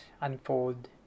unfold